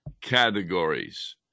categories